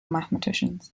mathematicians